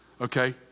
okay